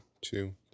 two